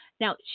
now